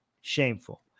Shameful